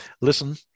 listen